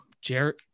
Jared